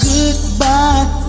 Goodbye